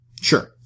Sure